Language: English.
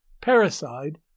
parricide